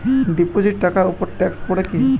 Deposit টাকার উপর tax পড়ে কি?